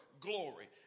glory